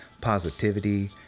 positivity